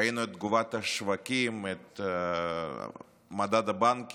ראינו את תגובת השווקים, את מדד הבנקים,